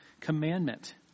commandment